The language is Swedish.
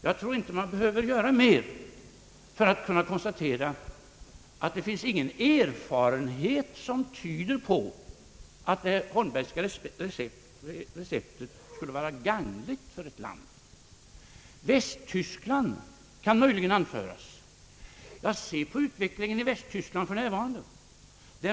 Jag tror inte man behöver göra mer för att kunna konstatera att det inte finns någon erfarenhet som tyder på att det Holmbergska receptet skulle vara gagneligt för ett land. Västtyskland kan möjligen anföras, men se på utvecklingen i Västtyskland för närvarande!